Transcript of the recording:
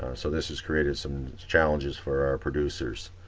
so this has created some challenges for our producers.